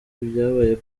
ibyabaye